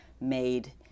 made